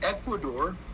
Ecuador